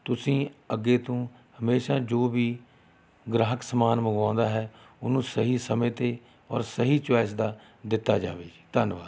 ਤੁਸੀਂ ਅੱਗੇ ਤੋਂ ਹਮੇਸ਼ਾ ਜੋ ਵੀ ਗਾਹਕ ਸਮਾਨ ਮੰਗਵਾਉਂਦਾ ਹੈ ਉਹਨੂੰ ਸਹੀ ਸਮੇਂ 'ਤੇ ਔਰ ਸਹੀ ਚੌਆਈਸ ਦਾ ਦਿੱਤਾ ਜਾਵੇ ਧੰਨਵਾਦ